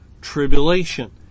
tribulation